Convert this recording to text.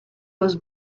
was